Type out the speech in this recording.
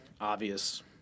obvious